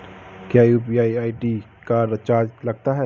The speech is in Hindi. क्या यू.पी.आई आई.डी का चार्ज लगता है?